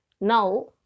Now